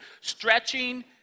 Stretching